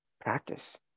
practice